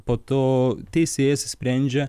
po to teisėjas sprendžia